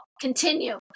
continue